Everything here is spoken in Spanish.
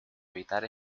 evitar